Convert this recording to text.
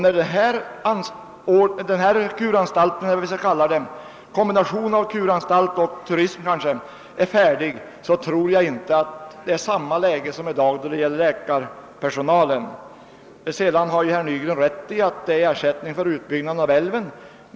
När denna kombination av kurort och turistanläggning är färdigbyggd, tror jag inte att läget är detsamma som i dag i fråga om läkarpersonalen. Sedan kan jag medge att herr Nygren har rätt då han berör frågan om utbyggnaden av älven.